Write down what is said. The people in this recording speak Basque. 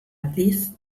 aldiz